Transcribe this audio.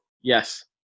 Yes